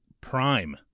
prime